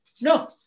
No